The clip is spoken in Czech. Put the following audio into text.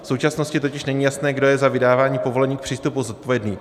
V současnosti totiž není jasné, kdo je za vydávání povolení k přístupu zodpovědný.